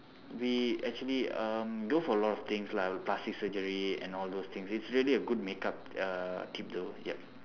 we actually um do a lot of things lah plastic surgery and all those things it's really a good makeup uh tip though yup